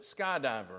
skydiver